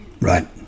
Right